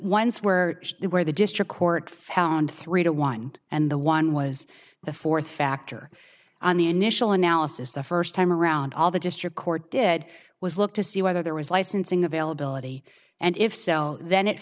ones where the where the district court found three to one and the one was the fourth factor on the initial analysis the first time around all the district court did was look to see whether there was licensing availability and if so then it